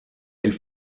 elle